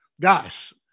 Guys